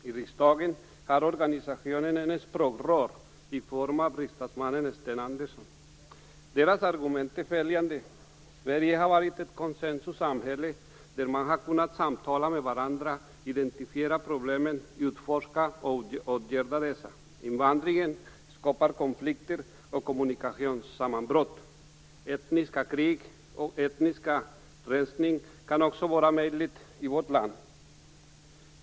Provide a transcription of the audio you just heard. I riksdagen har organisationen ett språkrör i form av riksdagsmannen Sten Organisationens argument är följande: Sverige har varit ett konsensussamhälle där man har kunnat samtala med varandra, identifiera problem samt utforska och åtgärda dessa. Invandringen skapar konflikter och kommunikationssammanbrott. Etniska krig och etnisk rensning kan också vara möjligt i vårt land.